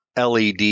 led